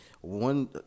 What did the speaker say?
One